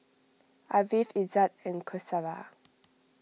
Ariff Izzat and Qaisara